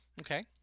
Okay